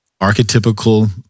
archetypical